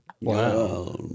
Wow